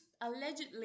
allegedly